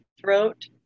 throat